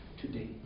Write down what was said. today